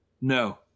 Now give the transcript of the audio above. No